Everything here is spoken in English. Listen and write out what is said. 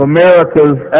America's